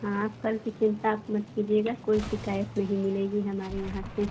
हाँ फल की चिंता आप मत कीजिएगा कोई शिकायत नहीं मिलेगी हमारे यहाँ से